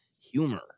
humor